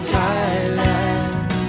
Thailand